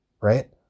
Right